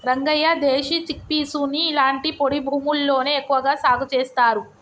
రంగయ్య దేశీ చిక్పీసుని ఇలాంటి పొడి భూముల్లోనే ఎక్కువగా సాగు చేస్తారు